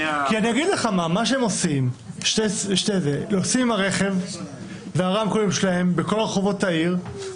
הם נוסעים עם הרכב והרמקולים שלהם בכל רחובות העיר.